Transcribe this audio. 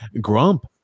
Grump